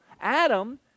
Adam